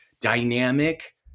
dynamic